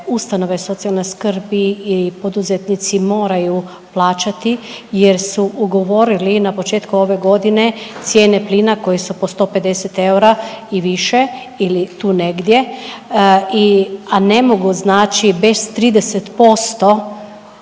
ustanove socijalne skrbi i poduzetnici moraju plaćati jer su ugovorili na početku ove godine cijene plina koje su po 150 eura i više ili tu negdje, a ne mogu bez 30%